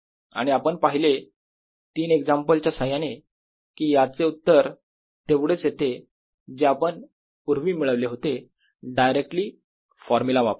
आणि आपण पाहिले तीन एक्झाम्पल च्या साह्याने की याचे उत्तर तेवढेच येते जे आपण पूर्वी मिळवले होते डायरेक्ट फॉर्म्युला वापरून